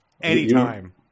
Anytime